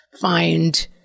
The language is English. find